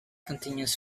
continues